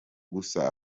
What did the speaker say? gusa